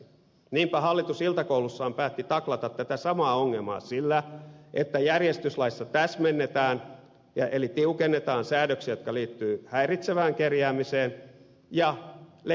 niinpä hallitus iltakoulussaan päätti taklata tätä samaa ongelmaa sillä että järjestyslaissa täsmennetään eli tiukennetaan säädöksiä jotka liittyvät häiritsevään kerjäämiseen ja leiriytymiseen